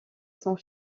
sont